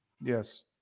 Yes